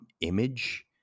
image